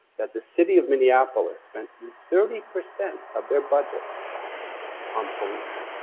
that the city of minneapolis spent thirty percent of their budget on policing.